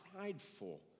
prideful